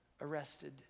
arrested